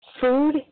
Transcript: food